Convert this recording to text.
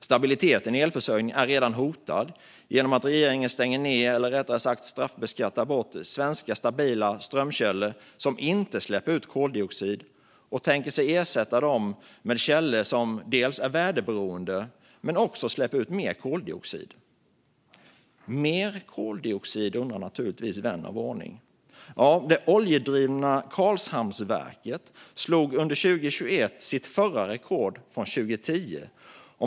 Stabiliteten i elförsörjningen är redan hotad genom att regeringen stänger ned, eller rättare sagt straffbeskattar bort, svenska stabila strömkällor som inte släpper ut koldioxid och tänker sig att ersätta dem med källor som dels är väderberoende, dels släpper ut mer koldioxid. Mer koldioxid? undrar naturligtvis vän av ordning. Ja, det oljedrivna Karlshamnsverket slog under 2021 sitt förra rekord från 2010.